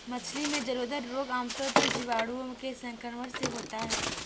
मछली में जलोदर रोग आमतौर पर जीवाणुओं के संक्रमण से होता है